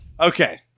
Okay